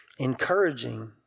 encouraging